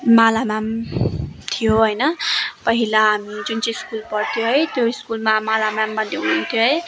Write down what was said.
माला म्याम थियो होइन पहिला हामी जुन चाहिँ स्कुल पढ्थ्यो है त्यो स्कुलमा माला म्याम भन्ने हुनुथ्यो है